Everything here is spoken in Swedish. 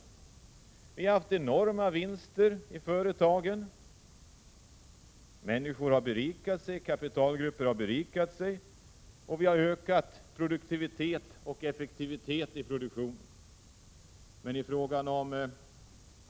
Företagen har gjort enorma vinster, människor och kapitalgrupper har berikat sig och produktivitet och effektivitet i produktionen har ökat.